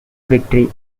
victory